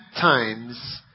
times